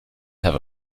have